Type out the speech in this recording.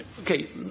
Okay